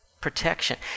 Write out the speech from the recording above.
protection